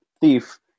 Thief